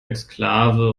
exklave